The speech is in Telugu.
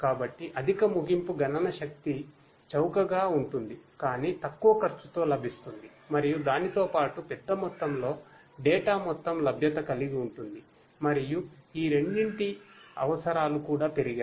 కాబట్టి అధిక ముగింపు గణన శక్తి చౌకగా ఉంటుంది కానీ తక్కువ ఖర్చుతో లభిస్తుంది మరియు దానితో పాటు పెద్ద మొత్తంలో డేటా మొత్తం లభ్యత కలిగి ఉంటుంది మరియు ఈ రెండింటి అవసరాలు కూడా పెరిగాయి